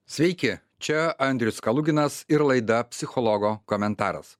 sveiki čia andrius kaluginas ir laida psichologo komentaras